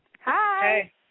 Hi